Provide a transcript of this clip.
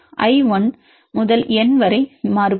i 1 முதல் n வரை மாறுபடும்